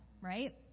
right